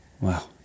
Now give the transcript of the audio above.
Wow